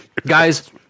Guys